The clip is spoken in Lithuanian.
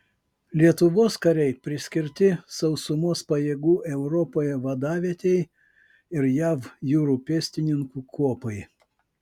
lietuvos kariai priskirti sausumos pajėgų europoje vadavietei ir jav jūrų pėstininkų kuopai